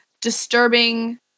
disturbing